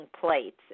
plates